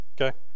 okay